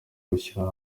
gushyira